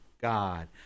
God